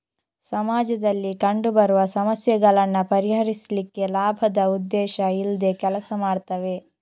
ಸಮಾಜದಲ್ಲಿ ಕಂಡು ಬರುವ ಸಮಸ್ಯೆಗಳನ್ನ ಪರಿಹರಿಸ್ಲಿಕ್ಕೆ ಲಾಭದ ಉದ್ದೇಶ ಇಲ್ದೆ ಕೆಲಸ ಮಾಡ್ತವೆ